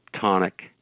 tonic